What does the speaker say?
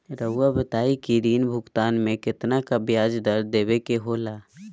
रहुआ बताइं कि ऋण भुगतान में कितना का ब्याज दर देवें के होला?